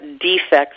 defects